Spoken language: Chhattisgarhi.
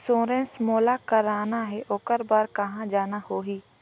इंश्योरेंस मोला कराना हे ओकर बार कहा जाना होही?